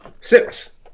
Six